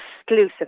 exclusive